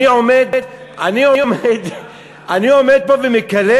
אני עומד פה ומקלל